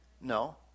No